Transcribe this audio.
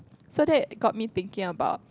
so that got me thinking about